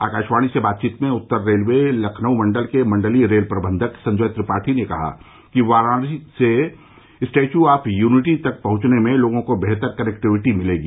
आकाशवाणी से बातचीत में उत्तर रेलवे लखनऊ मण्डल के मण्डलीय रेल प्रबन्धक संजय त्रिपाठी ने कहा कि वाराणसी से स्टेच्यू ऑफ यूनिटी तक पहुंचने में लोगों को बेहतर कनेक्टिविटी मिलेगी